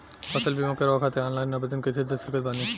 फसल बीमा करवाए खातिर ऑनलाइन आवेदन कइसे दे सकत बानी?